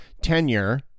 tenure